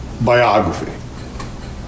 biography